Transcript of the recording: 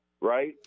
right